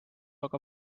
aga